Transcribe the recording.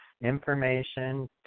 information